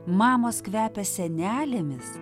mamos kvepia senelėmis